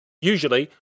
Usually